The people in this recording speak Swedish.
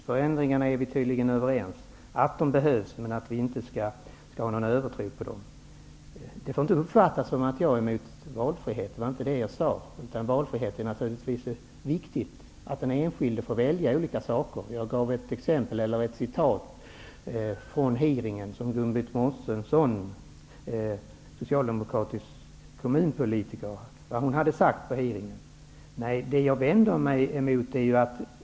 Fru talman! Vi är tydligen överens om att organisationsförändringar behövs, men att vi inte skall ha någon övertro på dem. Detta får inte uppfattas som att jag skulle vara emot valfrihet. Det har jag inte sagt. Det är naturligtvis viktigt att den enskilde får välja mellan olika saker. Jag gav ett exempel på vad Gunbritt Mårtensson, socialdemokratisk kommunalpolitiker, hade sagt på hearingen.